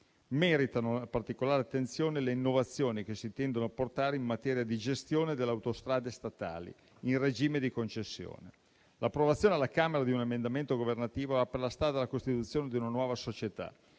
Meritano una particolare attenzione le innovazioni che si tende ad apportare in materia di gestione delle autostrade statali in regime di concessione. L'approvazione alla Camera di un emendamento governativo apre la strada alla costituzione di una nuova società